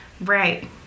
right